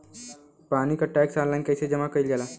पानी क tax online कईसे जमा कईल जाला?